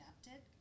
adapted